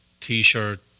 T-shirt